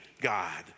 God